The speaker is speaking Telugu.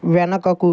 వెనకకు